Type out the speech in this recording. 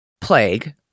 plague